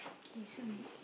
kay so next